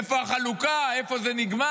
איפה החלוקה, איפה זה נגמר.